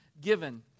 given